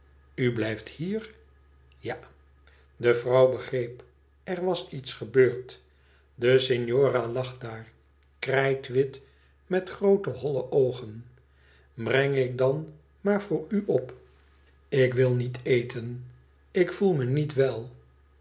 u blijft hier ja de vrouw begreep er was iets gebeurd de signora lag daar krijtwit met groote holle oogen breng ik dan maar voor u op ik wil niet eten ik voel me niet wel